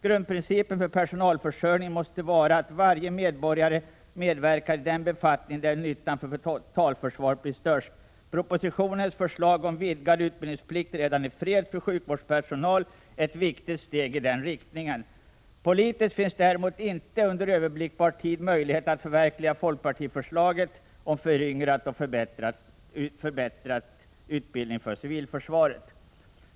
Grundprincipen för personalförsörjningen måste vara att varje medborgare medverkar i den befattning där nyttan för totalförsvaret blir störst. Propositionens lagförslag om vidgad utbildningsplikt redan i fred för sjukvårdspersonal är ett viktigt steg i denna riktning. Politiskt finns däremot inte under överblickbar tid möjlighet att förverkliga folkpartiets förslag om ett föryngrat och bättre utbildat civilförsvar.